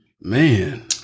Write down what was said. Man